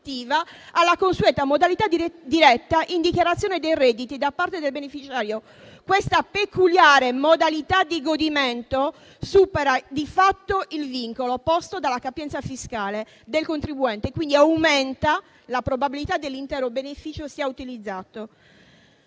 alla consueta modalità diretta in dichiarazione dei redditi da parte del beneficiario. Questa peculiare modalità di godimento supera di fatto il vincolo posto dalla capienza fiscale del contribuente e quindi aumenta la probabilità che l'intero beneficio sia utilizzato».